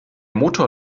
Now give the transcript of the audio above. motor